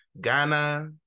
Ghana